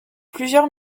plusieurs